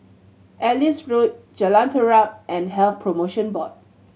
Ellis Road Jalan Terap and Health Promotion Board